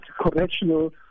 correctional